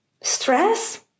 stress